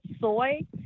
soy